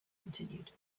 continued